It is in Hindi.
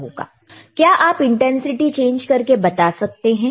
तो क्या आप इंटेंसिटी चेंज करके बता सकते हैं